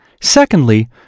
Secondly